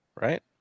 Right